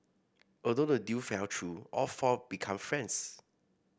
although the deal fell through all four become friends